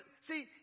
see